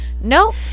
Nope